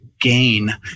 gain